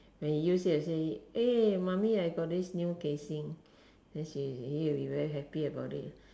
when he use it he will say eh mummy I got this new casing then he he will be very happy about it